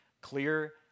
clear